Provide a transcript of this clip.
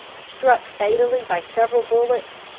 struck fatally by several bullets,